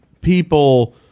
people